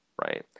right